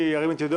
הצבעה בעד המיזוג